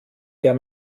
der